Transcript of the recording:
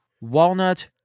Walnut